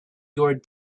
your